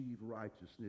righteousness